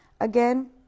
Again